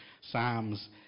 psalms